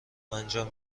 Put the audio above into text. انجام